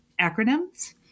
acronyms